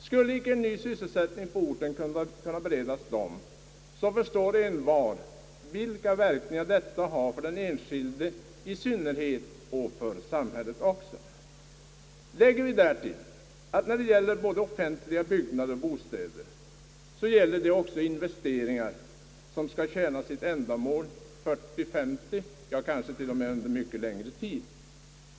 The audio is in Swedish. Skulle icke ny sysselsättning på orten kunna beredas dessa, så förstår envar vilka verkningar detta har för den enskilde i synnerhet och även för samhället. Lägger vi därtill att när det gäller både offentliga byggnader och bostäder, så gäller det investeringar som skall tjäna sitt ändamål under 40 —50 år, ja kanske till och med längre tid.